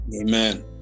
Amen